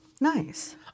Nice